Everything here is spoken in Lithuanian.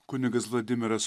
kunigas vladimiras